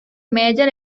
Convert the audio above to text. major